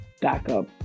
backup